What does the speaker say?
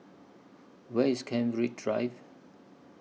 Where IS Kent Ridge Drive